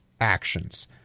actions